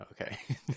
Okay